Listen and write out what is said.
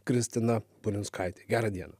kristina burinskaitė gera diena